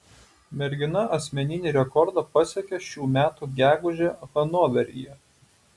mergina asmeninį rekordą pasiekė šių metų gegužę hanoveryje